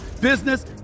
business